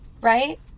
Right